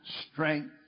strength